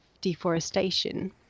deforestation